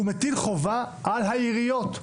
הוא מטיל חובה על העיריות,